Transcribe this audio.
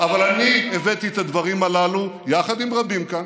אבל אני הבאתי את הדברים הללו יחד עם רבים כאן.